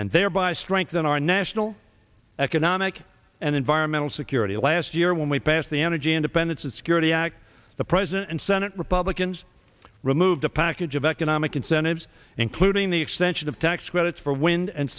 and thereby strengthen our national economic and environmental security last year when we passed the energy independence and security act the president and senate republicans removed a package of economic incentives including the extension of tax credits for wind and